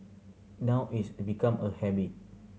now it's become a habit